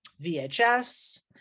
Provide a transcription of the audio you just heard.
VHS